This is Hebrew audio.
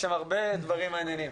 יש שם הרבה דברים מעניינים.